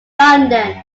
london